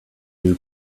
new